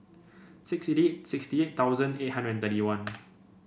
sixty eight sixty eight thousand eight hundred and thirty one